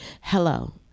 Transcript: hello